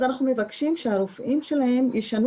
אז אנחנו מבקשים שהרופאים שלהם ישנו